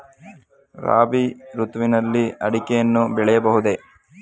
ರಾಬಿ ಋತುವಿನಲ್ಲಿ ಅಡಿಕೆಯನ್ನು ಬೆಳೆಯಬಹುದೇ?